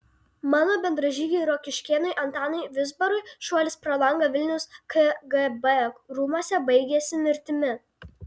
mano bendražygiui rokiškėnui antanui vizbarui šuolis pro langą vilniaus kgb rūmuose baigėsi mirtimi